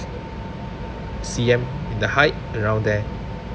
C_M the height around there